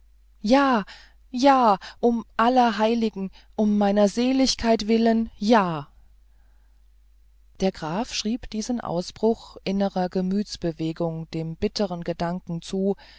ja ja um aller heiligen um meiner seligkeit willen ja der graf schrieb diesen ausbruch innerer gemütsbewegung dem bittern gedanken zu